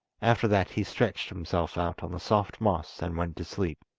after that he stretched himself out on the soft moss and went to sleep.